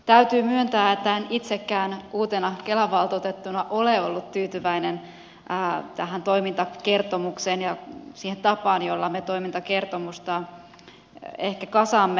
täytyy myöntää että en itsekään uutena kelan valtuutettuna ole ollut tyytyväinen tähän toimintakertomukseen ja siihen tapaan jolla me toimintakertomusta ehkä kasaamme